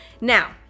now